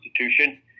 Constitution